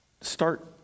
Start